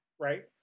right